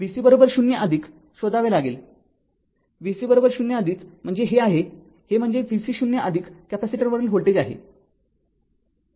vc 0 शोधावे लागेल vc 0 म्हणजे हे आहे हे म्हणजे vc 0 कॅपेसिटरवरील व्होल्टेज आहे